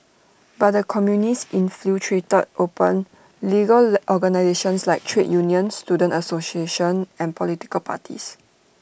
but the communists infiltrated open legal organisations like trade unions student associations and political parties